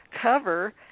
cover